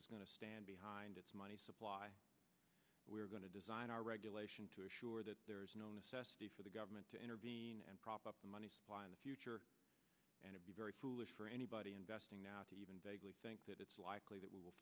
is going to stand behind its money supply we are going to design our regulation to ensure that there is no necessity for the government to intervene and prop up the money in the future and a very foolish for anybody investing now to even vaguely think that it's likely that we will